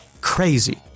crazy